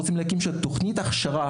רוצים להקים שם תוכנית הכשרה,